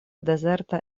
dezerta